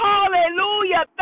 Hallelujah